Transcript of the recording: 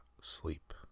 sleep